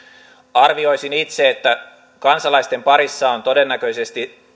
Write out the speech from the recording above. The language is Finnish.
arvioisin itse että kansalaisten parissa on todennäköisesti